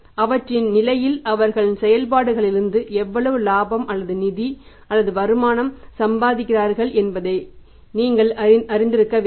அவ்வாறான நிலையில் அவர்களின் செயல்பாடுகளிலிருந்து எவ்வளவு இலாபம் அல்லது நிதி அல்லது வருமானம் சம்பாதிக்கிறார்கள் என்பதை நீங்கள் அறிந்திருக்க வேண்டும்